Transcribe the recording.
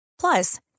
plus